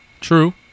True